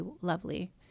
lovely